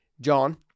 John